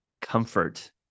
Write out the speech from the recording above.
comfort